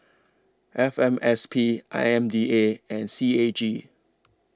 F M S P I M D A and C A G